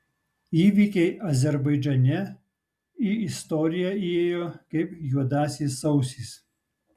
įvykiai azerbaidžane į istoriją įėjo kaip juodasis sausis